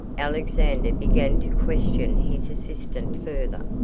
alexander began to question his assistant further.